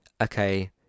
okay